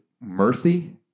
mercy